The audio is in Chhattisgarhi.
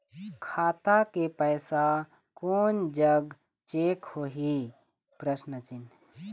खाता के पैसा कोन जग चेक होही?